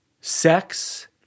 Sex